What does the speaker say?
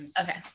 Okay